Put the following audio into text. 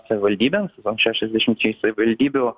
savivaldybėms šešiasdešimčiai savivaldybių